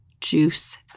juice